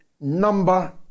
number